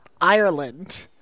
Ireland